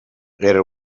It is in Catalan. era